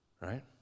right